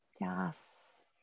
Yes